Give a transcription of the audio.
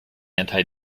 anti